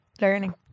learning